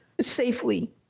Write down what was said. safely